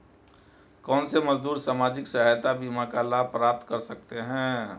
कौनसे मजदूर सामाजिक सहायता बीमा का लाभ प्राप्त कर सकते हैं?